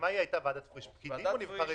מי היה בוועדת פריש, פקידים או נבחרי ציבור?